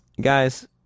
Guys